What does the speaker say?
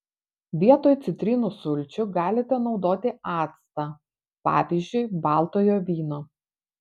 vietoj citrinų sulčių galite naudoti actą pavyzdžiui baltojo vyno